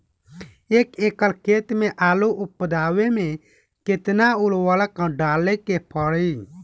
एक एकड़ खेत मे आलू उपजावे मे केतना उर्वरक डाले के पड़ी?